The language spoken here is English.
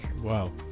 Wow